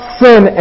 sin